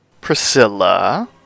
Priscilla